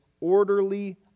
orderly